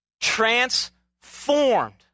Transformed